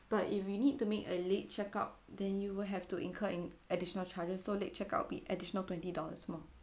but if you need to make a late check out then you will have to incur an additional charges so late check out with additional twenty dollars more